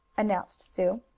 announced sue.